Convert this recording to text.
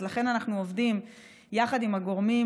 אז לכן אנחנו עובדים יחד עם הגורמים,